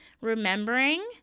remembering